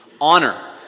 honor